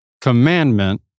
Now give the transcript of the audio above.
commandment